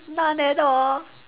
none at all